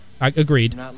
agreed